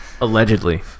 Allegedly